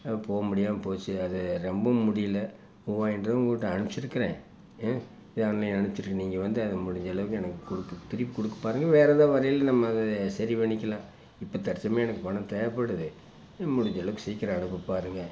போக முடியாமல் போச்சு அது ரொம்பவும் முடியல மூவாயிரம் ருபா உங்கள் கிட்டே அனுப்பிச்சிருக்கிறேன் அ அது நீங்கள் வந்து அதை முடிஞ்சளவுக்கு எனக்கு கொடுக்க திருப்பி கொடுக்க பாருங்க வேறு ஏதாவது வரையில் நம்ம அதை சரி பண்ணிக்கலாம் இப்போ தற்சமயம் எனக்கு பணம் தேவைப்படுது முடிஞ்சளவுக்கு சீக்கிரம் அனுப்பப் பாருங்க